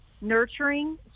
nurturing